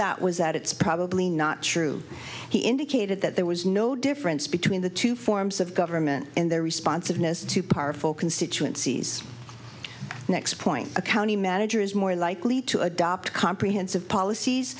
that was that it's probably not true he indicated that there was no difference between the two forms of government and the response of nist to powerful constituencies next point a county manager is more likely to adopt comprehensive policies